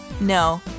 no